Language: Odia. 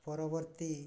ପରବର୍ତ୍ତୀ